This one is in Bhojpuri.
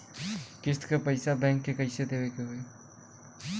किस्त क पैसा बैंक के कइसे देवे के होई?